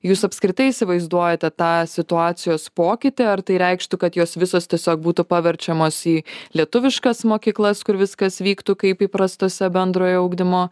jūs apskritai įsivaizduojate tą situacijos pokytį ar tai reikštų kad jos visos tiesiog būtų paverčiamos į lietuviškas mokyklas kur viskas vyktų kaip įprastose bendrojo ugdymo